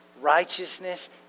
righteousness